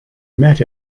met